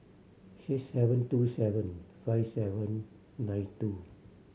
six seven two seven five seven nine two